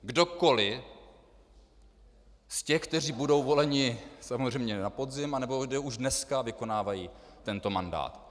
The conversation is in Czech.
Kdokoliv z těch, kteří budou voleni samozřejmě na podzim, nebo kde už dneska vykonávají tento mandát.